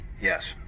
Yes